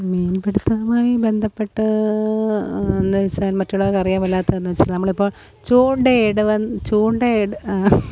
മീൻപിടുത്തവുമായി ബന്ധപ്പെട്ട് എന്നു വെച്ചാൽ മറ്റുള്ളവർക്കറിയാൻ മേലാത്തതെന്നു വെച്ചാൽ നമ്മളിപ്പം ചൂണ്ടയിടുക ചൂണ്ടയിട്